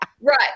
Right